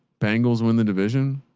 bangles. when the division,